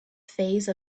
phase